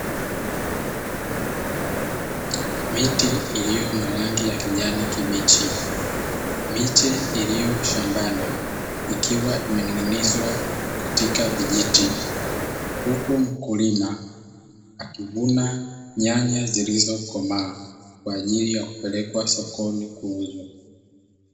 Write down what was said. Miti iliyo na rangi ya kijani kibichi, miche iliyo shambani ikiwa imening'inizwa kwenye vijiti, huku mkulima akivuna nyanya zilizokomaa kwaajili ya kupelekwa sokoni kuuzwa.